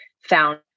found